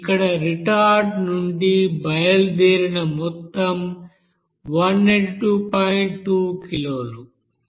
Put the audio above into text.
ఇక్కడ రిటార్ట్ నుండి బయలుదేరిన మొత్తం 182